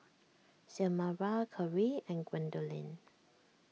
Xiomara Keri and Gwendolyn